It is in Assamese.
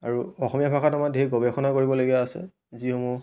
আৰু অসমীয়া ভাষাত আমাৰ ধেৰ গৱেষণা কৰিবলগীয়া আছে যিসমূহ